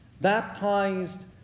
Baptized